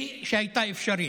שהייתה אפשרית.